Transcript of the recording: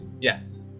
Yes